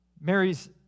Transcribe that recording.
Mary's